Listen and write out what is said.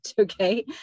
okay